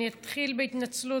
אני אתחיל בהתנצלות,